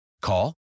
Call